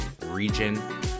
region